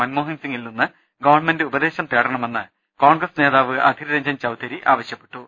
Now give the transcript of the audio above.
മൻമോഹൻസിങ്ങിൽ നിന്ന് ഗവൺമെന്റ് ഉപദേശം തേടണമെന്ന് കോൺഗ്രസ് നേതാവ് അധിർരഞ്ജൻ ചൌധരി ആവശ്യപ്പെട്ടു